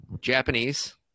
Japanese